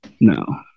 No